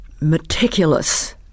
meticulous